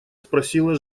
спросила